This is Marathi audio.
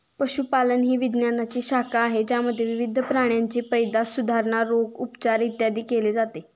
पशुपालन ही विज्ञानाची शाखा आहे ज्यामध्ये विविध प्राण्यांची पैदास, सुधारणा, रोग, उपचार, इत्यादी केले जाते